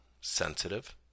sensitive